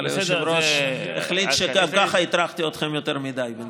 אבל היושב-ראש החליט שגם ככה הטרחתי אתכם יותר מדי בינתיים.